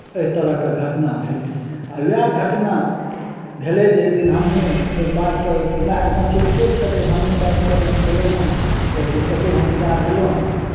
अइ तरहके घटना भेलै आ उएह घटना भेलै जे एक दिन हमहूँ ओहि बातकेँ दिमागमे चलिते छलै हँ हमहूँ बाइकपर मे छलहुँ हेँ एक दिन कतहु हम विदा भेलहुँ